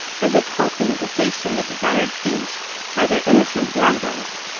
as if hoping to hasten the desired feast by their innocent gambols.